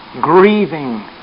Grieving